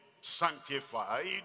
Sanctified